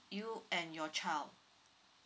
you and your child